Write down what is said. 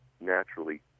naturally